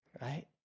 right